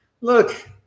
look